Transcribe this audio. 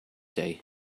day